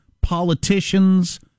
politicians